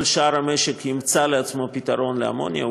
כל שאר המשק ימצא לעצמו פתרון לאמוניה,